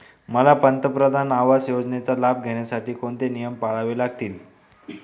मला पंतप्रधान आवास योजनेचा लाभ घेण्यासाठी कोणते नियम पाळावे लागतील?